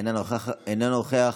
אינה נוכחת,